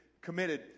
committed